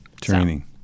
Training